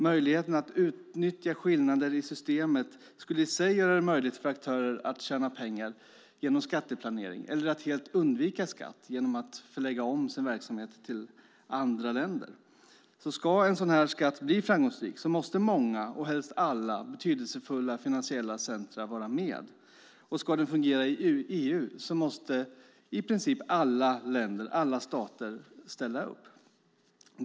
Möjligheterna att utnyttja skillnader i systemet skulle i sig göra det möjligt för aktörer att tjäna pengar genom skatteplanering eller att helt undvika skatt genom att lägga om sin verksamhet till andra länder. Ska en sådan här skatt bli framgångsrik måste många och helst alla betydelsefulla finansiella centrum vara med. Ska den fungera i EU måste i princip alla stater ställa upp.